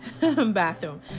bathroom